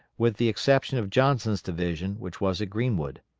with the exception of johnson's division, which was at greenwood.